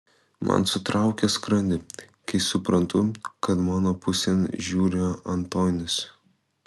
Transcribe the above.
man sutraukia skrandį kai suprantu kad mano pusėn žiūri antonis